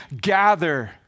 gather